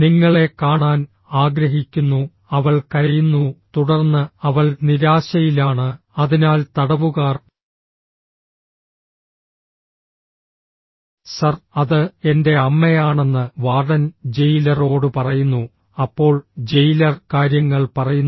നിങ്ങളെ കാണാൻ ആഗ്രഹിക്കുന്നു അവൾ കരയുന്നു തുടർന്ന് അവൾ നിരാശയിലാണ് അതിനാൽ തടവുകാർ സർ അത് എന്റെ അമ്മയാണെന്ന് വാർഡൻ ജയിലറോട് പറയുന്നു അപ്പോൾ ജയിലർ കാര്യങ്ങൾ പറയുന്നു